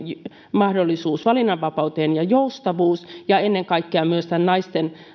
mahdollisuus valinnanvapauteen ja joustavuus ja että ennen kaikkea myös naisten